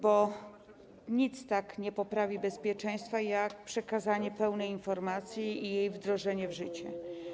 Bo nic tak nie poprawi bezpieczeństwa, jak przekazanie pełnej informacji i jej wdrożenie w życie.